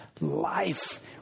Life